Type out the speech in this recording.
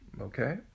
Okay